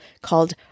called